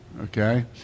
Okay